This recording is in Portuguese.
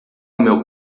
meu